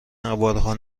نوارها